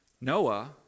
Noah